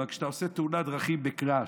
אבל כשאתה עושה תאונת דרכים בקראש,